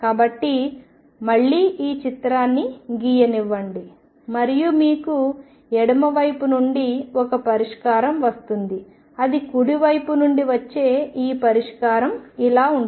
కాబట్టి మళ్ళీ ఈ చిత్రాన్ని గీయనివ్వండి మరియు మీకు ఎడమవైపు నుండి ఒక పరిష్కారం వస్తుంది అది కుడివైపు నుండి వచ్చే ఈ పరిష్కారం ఇలా ఉంటుంది